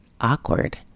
awkward